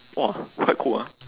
!wah! quite cool ah